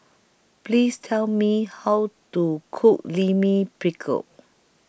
Please Tell Me How to Cook Lime Pickle